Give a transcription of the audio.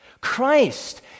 Christ